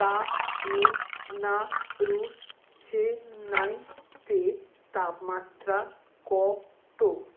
তামিলনাড়ুর চেন্নাইতে তাপমাত্রা কত